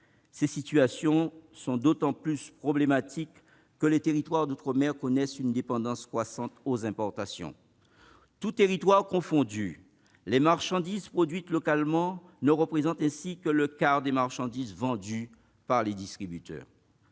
Ces situations sont d'autant plus problématiques que les territoires d'outre-mer connaissent une dépendance croissante aux importations. Tous territoires confondus, les marchandises produites localement ne représentent que le quart des marchandises vendues par les distributeurs.